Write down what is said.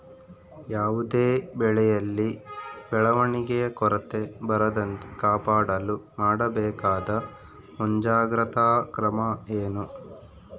ಯಾವುದೇ ಬೆಳೆಯಲ್ಲಿ ಬೆಳವಣಿಗೆಯ ಕೊರತೆ ಬರದಂತೆ ಕಾಪಾಡಲು ಮಾಡಬೇಕಾದ ಮುಂಜಾಗ್ರತಾ ಕ್ರಮ ಏನು?